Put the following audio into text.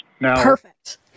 Perfect